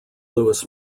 louis